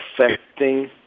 affecting